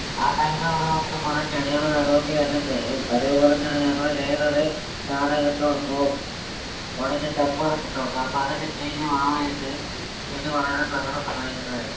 ആ ടൈമ് നമ്മൾ നോക്കിയിട്ട് കുറെ ചെടികള് നടുകയൊക്കെ എല്ലാം ചെയ്യും അതേപോലെതന്നെ ഞങ്ങള് ചെയ്യുന്നത് ചാണകം ഇട്ടു കൊടുക്കും ഉണങ്ങിയ ചപ്പുകളൊക്കെ ഇട്ടു കൊടുക്കും അപ്പം അതൊക്കെ ചീഞ്ഞ് വളമായിട്ട് ചെടി വളരാന് നല്ലോണം സഹായിക്കുന്നതായിരിക്കും